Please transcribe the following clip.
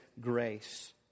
grace